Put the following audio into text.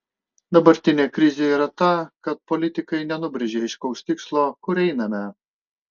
dabartinė krizė ir yra ta kad politikai nenubrėžia aiškaus tikslo kur einame